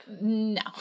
No